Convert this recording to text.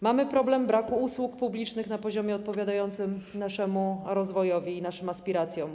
Mamy problem braku usług publicznych na poziomie odpowiadającym naszemu rozwojowi i naszym aspiracjom.